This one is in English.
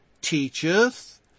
teacheth